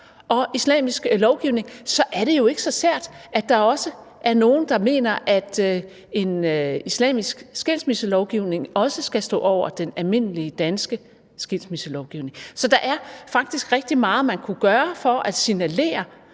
samfund, og så er det jo ikke så sært, at der også er nogle, der mener, at en islamisk skilsmisselovgivning også skal stå over den almindelige danske skilsmisselovgivning. Så der er faktisk rigtig meget, man kunne gøre for at signalere,